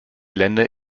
länder